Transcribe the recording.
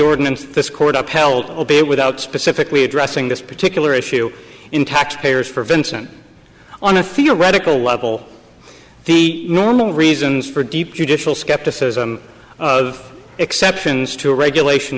ordinance this court upheld obey without specifically addressing this particular issue in taxpayers for vincent on a theoretical level the normal reasons for deep judicial skepticism of exceptions to regulation